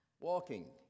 walking